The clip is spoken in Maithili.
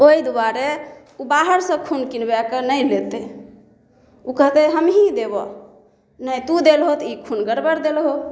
ओहि दुआरे ओ बाहर से खून कीनबाके नहि लेतै ओ कहतै हम ही देबऽ नहि तू देबहो तऽ ई खून गड़बड़ देलहो